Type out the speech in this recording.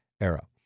era